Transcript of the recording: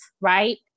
right